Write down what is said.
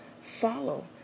follow